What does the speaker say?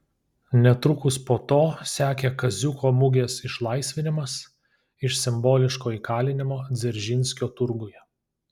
netrukus po to sekė kaziuko mugės išlaisvinimas iš simboliško įkalinimo dzeržinskio turguje